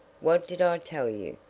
what did i tell you?